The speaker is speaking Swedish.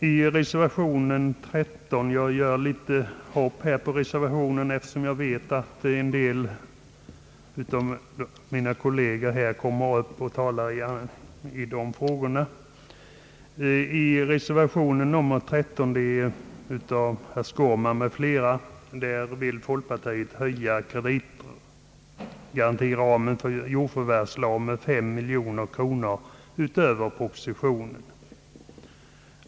I reservation nr 13 av herr Skårman m.fl. — jag gör ett litet hopp i reservationerna, eftersom jag vet att några av mina kolleger kommer att tala i de andra frågorna — vill folkpartiet höja kreditgarantiramen för jordförvärvslån med 5 miljoner kronor utöver vad som föreslås i propositionen.